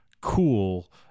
cool